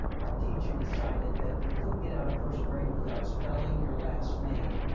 our teacher decided that you couldn't get out of first grade without spelling your last name.